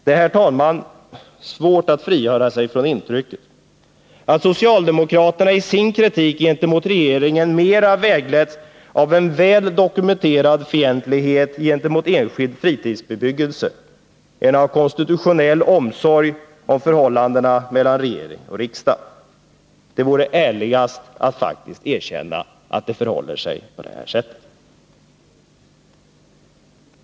Det är, herr talman, svårt att frigöra sig från intrycket att socialdemokraterna i sin kritik gentemot regeringen vägletts mera av en väl dokumenterad fientlighet gentemot enskild fritidsbebyggelse än av konstitutionell omsorg om förhållandena mellan regering och riksdag. Det vore ärligast att faktiskt erkänna att det förhåller sig så. Herr talman!